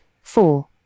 four